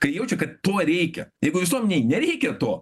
kai jaučia kad to reikia jeigu visuomenei nereikia to